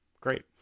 great